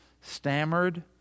stammered